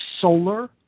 solar